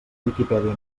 viquipèdia